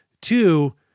Two